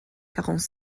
quarante